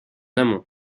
amont